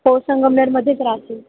हो संगमनेर मध्येच राहतील